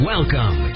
Welcome